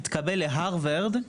התקבל להרווארד,